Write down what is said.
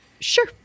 Sure